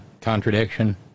contradiction